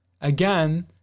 again